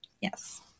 yes